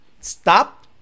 stop